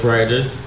Riders